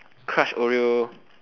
crushed oreo